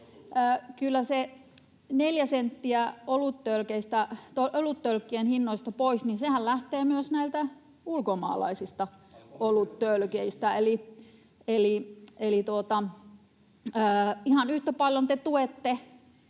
neljä senttiä oluttölkkien hinnoista pois lähtee myös ulkomaalaisista oluttölkeistä, [Mauri Peltokangas: